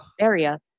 area